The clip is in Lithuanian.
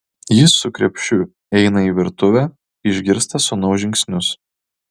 ji su krepšiu eina į virtuvę išgirsta sūnaus žingsnius